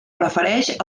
prefereix